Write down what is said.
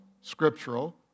scriptural